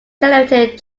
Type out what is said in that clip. generated